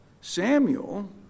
Samuel